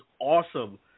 awesome